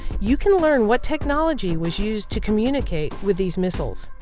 you can learn what technology was used to communicate with these missiles.